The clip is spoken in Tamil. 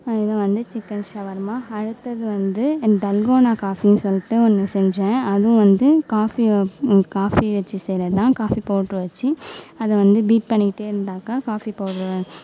இது வந்து சிக்கன் சவர்மா அடுத்தது வந்து என் டல்கோனா காஃபினு சொல்லிட்டு ஒன்று செஞ்சேன் அதுவும் வந்து காஃபியை காஃபியை வச்சு செய்கிறதான் காஃபி பவுடரை வச்சு அதை வந்து பீட் பண்ணிக்கிட்டே இருந்தாக்கா காஃபி பவுடரை